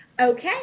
Okay